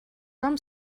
drum